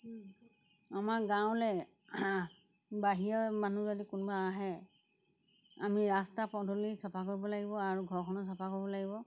আমাৰ গাঁৱলৈ বাহিৰৰ মানুহ যদি কোনোবা আহে আমি ৰাস্তা পদূলি চাফা কৰিব লাগিব আৰু ঘৰখনো চাফা কৰিব লাগিব